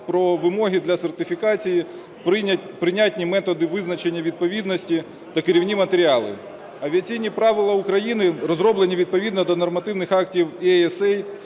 про вимоги для сертифікації, прийнятні методи визначення відповідності та керівні матеріали. Авіаційні правила України розроблені відповідно до нормативних актів EASA,